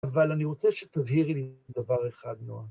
אבל אני רוצה שתבהירי דבר אחד נועם.